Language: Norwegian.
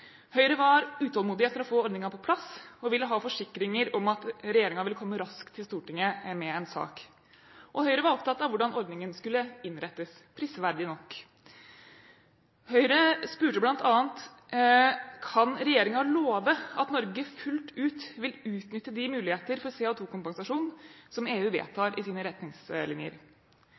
Høyre var utålmodig etter å få ordningen på plass og ville ha forsikringer om at regjeringen ville komme raskt til Stortinget med en sak, og Høyre var opptatt av hvordan ordningen skulle innrettes, prisverdig nok. Høyre spurte bl.a.: Kan regjeringen love at Norge fullt ut vil utnytte de muligheter for CO2-kompensasjon som EU vedtar i sine retningslinjer?